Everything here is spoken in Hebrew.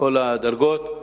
מכל הדרגות,